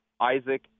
Isaac